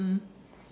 mm